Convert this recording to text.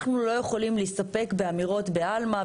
אנחנו לא יכולים להסתפק באימות בעלמא,